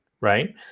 right